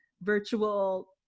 virtual